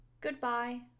Goodbye